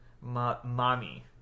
Mommy